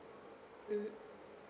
mmhmm